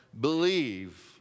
believe